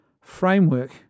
framework